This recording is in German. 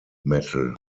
metal